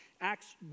Acts